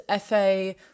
FA